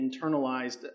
internalized